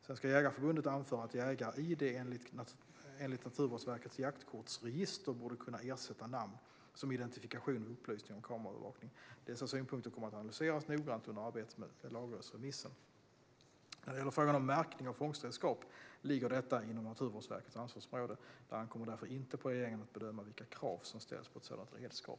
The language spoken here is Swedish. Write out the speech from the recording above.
Svenska Jägareförbundet anför att jägar-id enligt Naturvårdsverkets jaktkortsregister borde kunna ersätta namn som identifikation vid upplysning om kameraövervakning. Dessa synpunkter kommer att analyseras noggrant under arbetet med lagrådsremissen. När det gäller frågan om märkning av fångstredskap ligger detta inom Naturvårdsverkets ansvarsområde. Det ankommer därför inte på regeringen att bedöma vilka krav som ställs på sådana redskap.